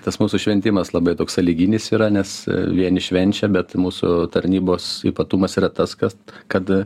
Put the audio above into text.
tas mūsų šventimas labai toks sąlyginis yra nes vieni švenčia bet mūsų tarnybos ypatumas yra tas kas kad